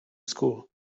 school